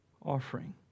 offering